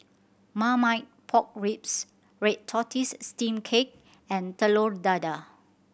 Marmite Pork Ribs red tortoise steamed cake and Telur Dadah